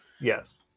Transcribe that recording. Yes